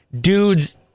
dudes